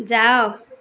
ଯାଅ